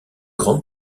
grande